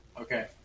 Okay